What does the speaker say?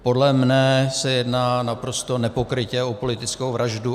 Podle mě se jedná naprosto nepokrytě o politickou vraždu.